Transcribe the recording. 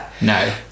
No